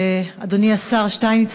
אדוני השר שטייניץ,